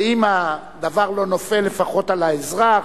ואם הדבר לא נופל לפחות על האזרח,